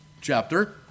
chapter